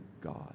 God